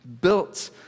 built